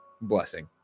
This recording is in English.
blessing